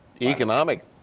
economic